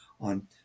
on